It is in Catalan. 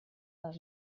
del